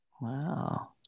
Wow